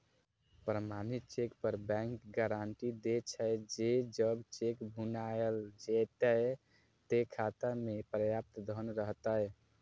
प्रमाणित चेक पर bank guarantee दै छे, जे जब चेक भुनाएल जेतै, ते खाता मे पर्याप्त धन रहतै